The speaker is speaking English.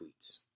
tweets